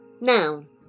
Noun